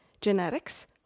genetics